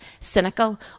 cynical